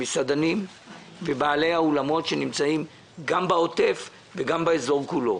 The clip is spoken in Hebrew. המסעדנים ובעלי האולמות שנמצאים גם בעוטף וגם באזור כולו.